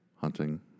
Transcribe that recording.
hunting